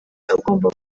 agomba